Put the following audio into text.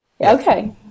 Okay